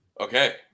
Okay